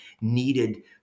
needed